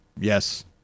Yes